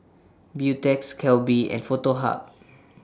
Beautex Calbee and Foto Hub